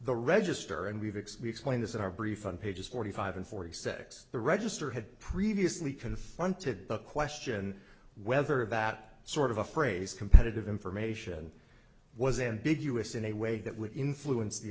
the register and we've explained this in our brief on pages forty five and forty six the register had previously confronted the question whether of that sort of a phrase competitive information was ambiguous in a way that would influence the